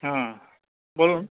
হ্যাঁ বলুন